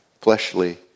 fleshly